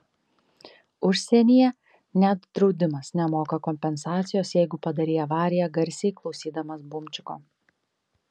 užsienyje net draudimas nemoka kompensacijos jeigu padarei avariją garsiai klausydamas bumčiko